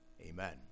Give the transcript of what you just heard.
amen